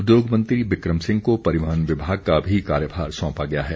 उद्योग मंत्री बिक्रम सिंह को परिवहन विभाग का भी कार्यभार सौंपा गया है